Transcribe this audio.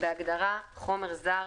בהגדרה "חומר זר",